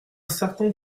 certain